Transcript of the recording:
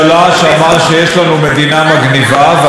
אם כי יש עוד דברים מגניבים,